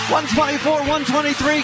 124-123